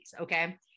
okay